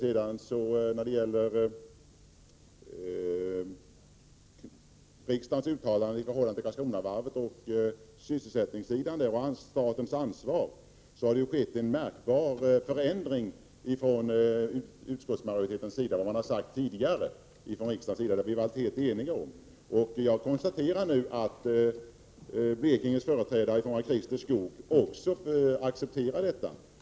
1987/88:131 vet och statens ansvar, har det ju skett en märkbar förändring i utskottsmajo ritetens inställning i förhållande till det som man har sagt tidigare från riksdagens sida och som vi har varit helt eniga om. Jag konstaterar nu att Blekinges företrädare Christer Skoog också accepterar detta.